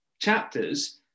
chapters